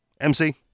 MC